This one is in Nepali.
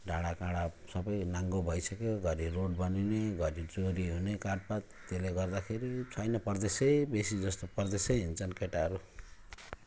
डाँडा काँडा सब नाङ्गो भइसक्यो घरी रोड बनिने घरी चोरी हुने काठ पात त्यसले गर्दाखेरि छैन परदेशै बेसी जस्तो परदेशै हिँड्छन् केटाहरू